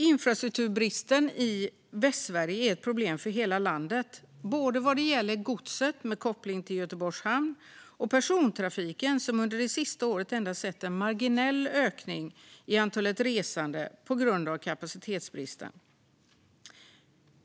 Infrastrukturbristen i Västsverige är ett problem för hela landet vad gäller både godset med koppling till Göteborgs hamn och persontrafiken, som under de senaste åren endast sett en marginell ökning av antalet resande på grund av kapacitetsbristen.